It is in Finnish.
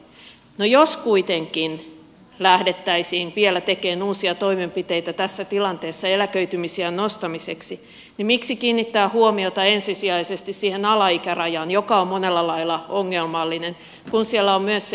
no jos kuitenkin lähdettäisiin vielä tekemään uusia toimenpiteitä tässä tilanteessa eläköitymisiän nostamiseksi niin miksi kiinnittää huomiota ensisijaisesti siihen alaikärajaan joka on monella lailla ongelmallinen kun siellä on myös se yläikäraja